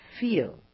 feel